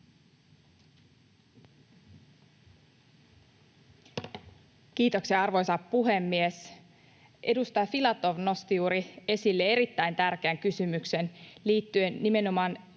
Kiitoksia, arvoisa puhemies! Edustaja Filatov nosti juuri esille erittäin tärkeän kysymyksen liittyen nimenomaan